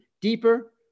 deeper